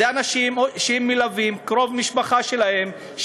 אלה אנשים שמלווים קרוב משפחה חולה שלהם,